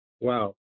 wow